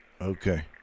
Okay